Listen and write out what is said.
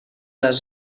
les